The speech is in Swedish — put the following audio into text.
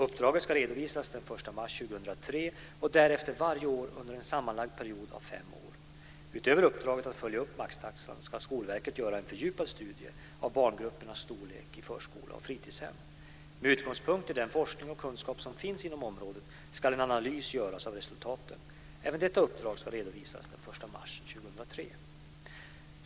Uppdraget ska redovisas den 1 mars 2003 och därefter varje år under en period av sammanlagt fem år. Utöver uppdraget att följa upp maxtaxan ska Skolverket göra en fördjupad studie av barngruppernas storlek i förskola och fritidshem. Med utgångspunkt i den forskning och kunskap som finns inom området ska en analys göras av resultaten. Även detta uppdrag ska redovisas den 1 mars 2003.